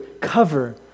cover